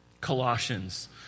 Colossians